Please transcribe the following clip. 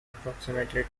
approximately